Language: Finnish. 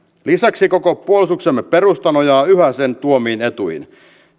lisäksi koko puolustuksemme perusta nojaa yhä sen tuomiin etuihin